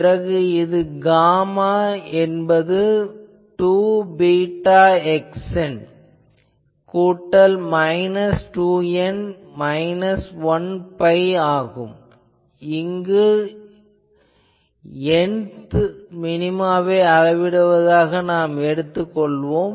பிறகு இந்த காமா என்பது 2 βxn கூட்டல் மைனஸ் 2n மைனஸ் 1 பை ஆகும் இங்கு nth மினிமாவை அளவிடுவதாக நாம் எடுத்துக் கொள்வோம்